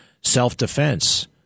self-defense